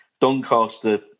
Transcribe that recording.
Doncaster